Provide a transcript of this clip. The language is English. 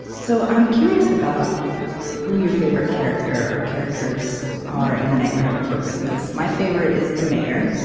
so i'm curious about who your favorite character or characters are in the nightmare before christmas. my favorite is the mayor,